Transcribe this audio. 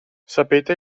sapete